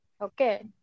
Okay